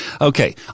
Okay